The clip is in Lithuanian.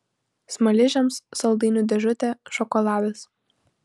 smaližiams saldainių dėžutė šokoladas